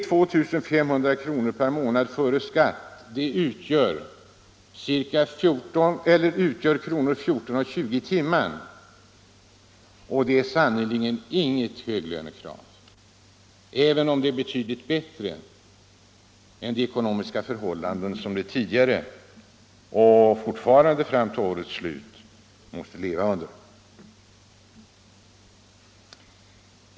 2 500 kr. per månad före skatt utgör 14:20 kr. per timme. Det är sannerligen inget höglönekrav. Men det är betydligt bättre än de ekonomiska förhållanden som AMU eleverna tidigare och fortfarande fram till årets slut måste leva under.